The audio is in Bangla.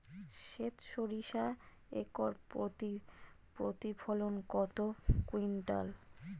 সেত সরিষা একর প্রতি প্রতিফলন কত কুইন্টাল?